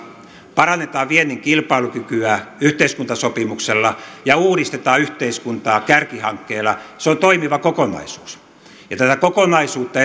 parannetaan viennin kilpailukykyä yhteiskuntasopimuksella ja uudistetaan yhteiskuntaa kärkihankkeilla on toimiva kokonaisuus ja tätä kokonaisuutta